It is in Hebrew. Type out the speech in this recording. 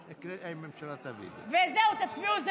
זהו, תצביעו.